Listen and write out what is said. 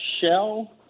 Shell